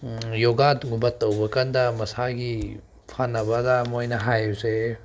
ꯌꯣꯒꯥꯗꯨꯒꯨꯝꯕ ꯇꯧꯕ ꯀꯥꯟꯗ ꯃꯁꯥꯒꯤ ꯐꯅꯕꯗ ꯃꯣꯏꯅ ꯍꯥꯏꯕꯁꯦ